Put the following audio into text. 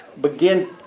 begin